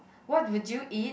what would you eat